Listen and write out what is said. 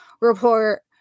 report